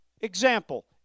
example